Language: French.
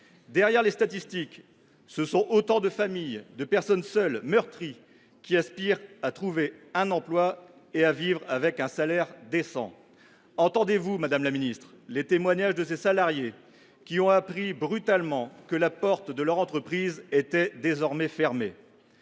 Derrière les statistiques, il y a autant de familles et de personnes seules, meurtries, qui aspirent à trouver un emploi et à vivre avec un salaire décent. Entendez vous les témoignages de ces salariés qui ont appris brutalement que la porte de leur entreprise était désormais fermée